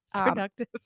Productive